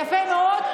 יפה מאוד.